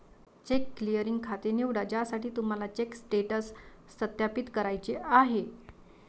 check clearing खाते निवडा ज्यासाठी तुम्हाला चेक स्टेटस सत्यापित करायचे आहे